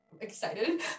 excited